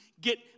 get